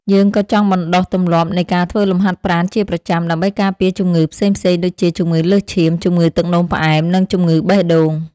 យើងក៏ចង់បណ្ដុះទម្លាប់នៃការធ្វើលំហាត់ប្រាណជាប្រចាំ ដើម្បីការពារជំងឺផ្សេងៗដូចជា ជំងឺលើសឈាម ជំងឺទឹកនោមផ្អែម និងជំងឺបេះដូង។